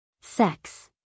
Sex